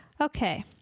Okay